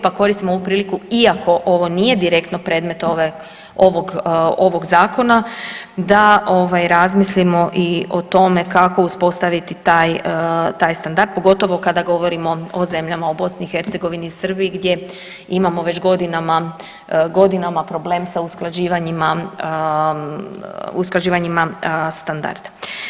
Pa koristim ovu priliku, iako ovo nije direktno predmet ovog zakona da razmislimo i o tome kako uspostaviti taj standard, pogotovo kada govorimo o zemljama o BiH i Srbiji gdje imamo već godinama problem sa usklađivanjima standarda.